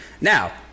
Now